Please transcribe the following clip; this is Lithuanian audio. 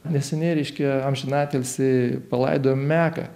neseniai reiškia amžiną atilsį palaidojom meką